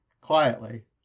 quietly